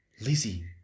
Lizzie